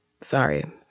Sorry